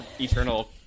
eternal